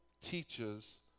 teaches